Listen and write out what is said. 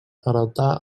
heretà